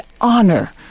honor